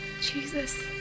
Jesus